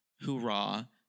hoorah